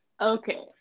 okay